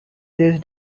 these